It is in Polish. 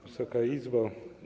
Wysoka Izbo!